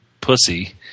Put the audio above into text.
pussy